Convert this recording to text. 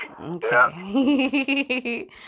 Okay